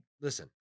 listen